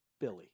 Billy